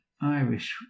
Irish